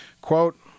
quote